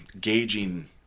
gauging